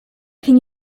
can